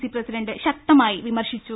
C president ശക്തമായി വിമർശി ച്ചു